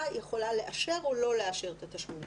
יכולה לאשר או לא לאשר את התשלום.